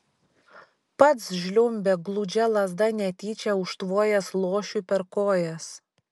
pats žliumbė gludžia lazda netyčia užtvojęs luošiui per kojas